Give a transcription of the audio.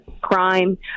crime